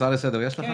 הצעה לסדר יש לך?